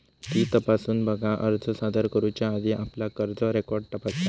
fee तपासून बघा, अर्ज सादर करुच्या आधी आपला कर्ज रेकॉर्ड तपासा